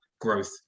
growth